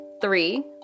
Three